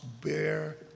bear